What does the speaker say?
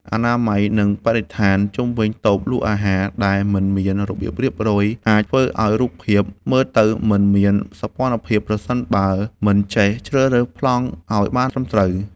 អនាម័យ និងបរិស្ថានជុំវិញតូបលក់អាហារដែលមិនមានរបៀបរៀបរយ អាចធ្វើឱ្យរូបភាពមើលទៅមិនមានសោភ័ណភាពប្រសិនបើមិនចេះជ្រើសរើសប្លង់ឱ្យបានត្រឹមត្រូវ។